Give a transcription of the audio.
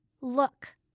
Look